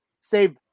save